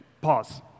pause